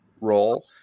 role